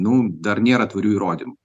nu dar nėra tvarių įrodymų